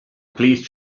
please